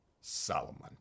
Solomon